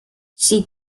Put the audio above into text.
she